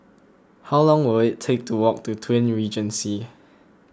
how long will it take to walk to Twin Regency